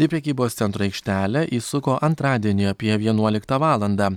į prekybos centro aikštelę įsuko antradienį apie vienuoliktą valandą